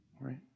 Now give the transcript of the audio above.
right